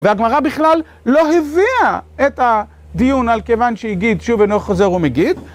והגמרא בכלל לא הביאה את הדיון על כיוון שהגיד שוב אינו חוזר ומגיד